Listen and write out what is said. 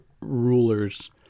rulers